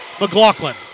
McLaughlin